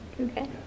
Okay